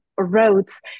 roads